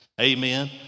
Amen